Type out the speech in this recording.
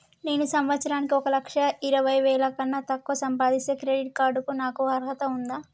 నేను సంవత్సరానికి ఒక లక్ష ఇరవై వేల కన్నా తక్కువ సంపాదిస్తే క్రెడిట్ కార్డ్ కు నాకు అర్హత ఉందా?